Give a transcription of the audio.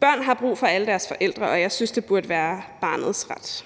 Børn har brug for alle deres forældre, og jeg synes, at det burde være barnets ret.